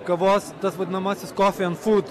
kavos tas vadinamasis kofy en fūd